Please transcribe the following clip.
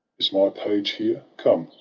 is my page here? come,